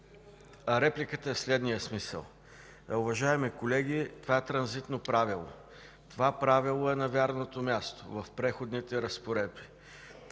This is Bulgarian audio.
Репликата е в следния смисъл. Уважаеми колеги, това е транзитно правило. Това правило е на вярното място, в Преходните разпоредби.